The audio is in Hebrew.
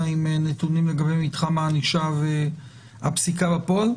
עם נתונים לגבי מתחם הענישה והפסיקה בפועל.